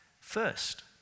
first